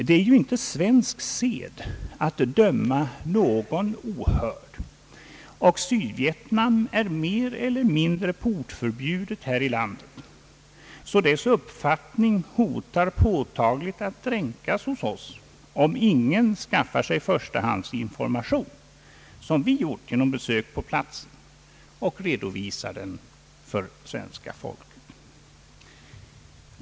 Det är inte svensk sed att döma någon ohörd, och Sydvietnam är mer eller mindre portförbjudet här i landet, så dess uppfattning hotar att dränkas hos oss om ingen skaffar sig förstahandsinformation — som vi gjort genom besök på platsen — och redovisar den för svenska folket.